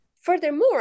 Furthermore